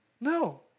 No